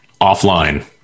offline